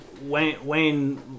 Wayne